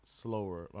slower